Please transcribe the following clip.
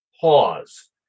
pause